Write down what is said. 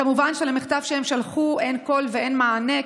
כמובן שלמכתב שהם שלחו אין קול ואין עונה.